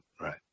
right